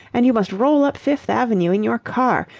and you must roll up fifth avenue in your car,